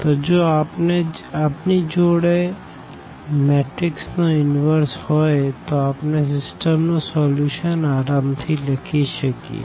તો જો આપણી જોડે મેટ્રીક્સ નો ઇન્વર્સ હોઈ તો આપણે સીસ્ટમ નું સોલ્યુશન આરામ થી લખી શકીએ